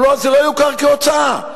זה לא יוכר כהוצאה.